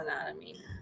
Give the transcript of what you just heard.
anatomy